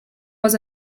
was